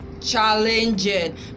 challenging